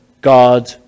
God